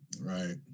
Right